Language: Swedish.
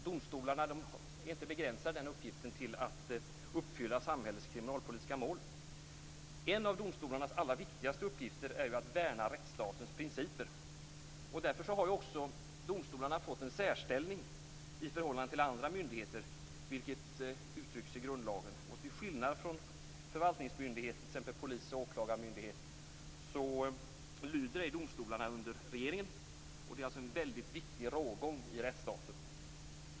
Domstolarnas uppgifter är ju inte begränsade till att uppfylla samhällets kriminalpolitiska mål. En av domstolarnas allra viktigaste uppgifter är att värna rättsstatens principer. Därför har också domstolarna fått en särställning i förhållande till andra myndigheter, vilket uttrycks i grundlagen. Till skillnad från förvaltningsmyndigheter, t.ex. polis och åklagarmyndighet, lyder ej domstolarna under regeringen. Det är alltså en väldigt viktig rågång i rättsstaten.